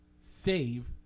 save